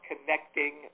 connecting